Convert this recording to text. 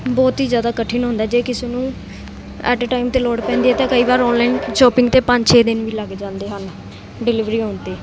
ਬਹੁਤ ਹੀ ਜ਼ਿਆਦਾ ਕਠਿਨ ਹੁੰਦਾ ਜੇ ਕਿਸੇ ਨੂੰ ਐਟ ਏ ਟਾਈਮ 'ਤੇ ਲੋੜ ਪੈਂਦੀ ਹੈ ਤਾਂ ਕਈ ਵਾਰ ਔਨਲਾਈਨ ਸ਼ੋਪਿੰਗ 'ਤੇ ਪੰਜ ਛੇ ਦਿਨ ਵੀ ਲੱਗ ਜਾਂਦੇ ਹਨ ਡਿਲੀਵਰੀ ਹੋਣ 'ਤੇ